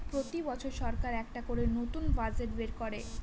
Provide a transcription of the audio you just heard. প্রতি বছর সরকার একটা করে নতুন বাজেট বের করে